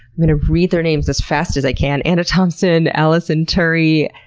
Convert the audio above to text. going to read their names as fast as i can anna thompson, allison tuuri,